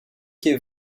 quai